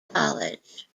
college